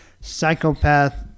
psychopath